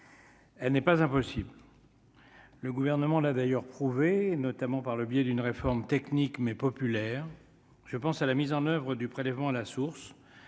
elle n'est pas impossible, le gouvernement l'a d'ailleurs prouvé notamment par le biais d'une réforme technique mais populaire, je pense à la mise en oeuvre du prélèvement à la source,